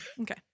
okay